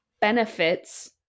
benefits